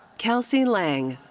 kelsey lang.